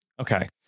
Okay